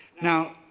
Now